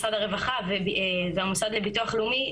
משרד הרווחה והמשרד לביטוח לאומי,